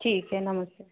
ठीक है नमस्ते